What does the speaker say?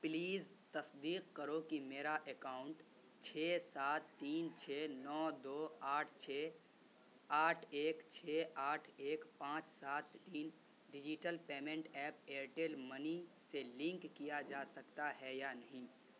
please تصدیق کرو کہ میرا اکاؤنٹ چھ سات تین چھ نو دو آٹھ چھ آٹھ ایک چھ آٹھ ایک پانچ سات تین digital payment app Airtel money سے لنک کیا جا سکتا ہے یا نہیں